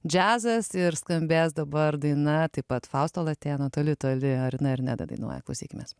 džiazas ir skambės dabar daina taip pat fausto latėno toli toli arina ir neda dainuoja klausykimės